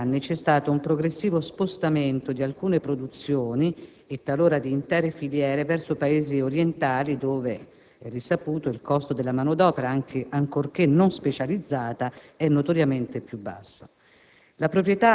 Negli ultimi anni c'è stato un progressivo spostamento di alcune produzioni e talora di intere filiere verso Paesi orientali dove, è risaputo, il costo della manodopera, anche se non sempre specializzata, è notoriamente più basso.